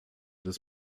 des